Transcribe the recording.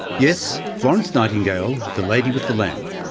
yes, florence nightingale the lady with the lamp.